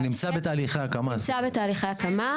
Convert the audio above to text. אני רוצה